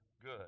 good